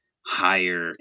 higher